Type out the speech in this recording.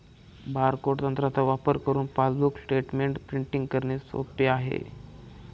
barcode तंत्राचा वापर करुन पासबुक स्टेटमेंट प्रिंटिंग करणे सोप आहे